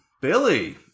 Billy